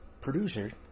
producer